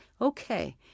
okay